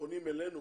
ופונים אלינו